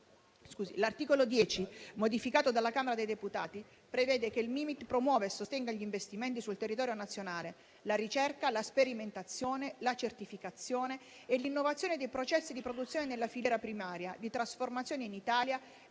L'articolo 10, modificato dalla Camera dei deputati, prevede che il Mimit promuova e sostenga gli investimenti sul territorio nazionale, la ricerca, la sperimentazione, la certificazione e l'innovazione dei processi di produzione nella filiera primaria di trasformazione in Italia